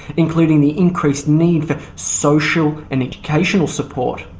including the increased need for social and educational support,